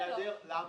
למה?